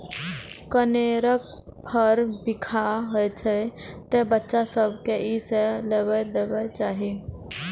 कनेरक फर बिखाह होइ छै, तें बच्चा सभ कें ई नै लेबय देबाक चाही